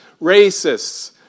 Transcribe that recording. racists